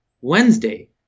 Wednesday